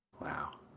Wow